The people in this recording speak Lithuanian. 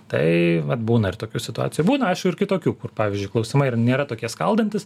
tai vat būna ir tokių situacijų būna aišku ir kitokių pavyzdžiui klausimai ir nėra tokie skaldantys